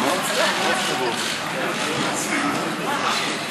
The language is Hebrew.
(חבר הכנסת אורן אסף חזן יוצא מאולם המליאה.)